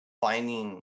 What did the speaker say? finding